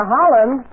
Holland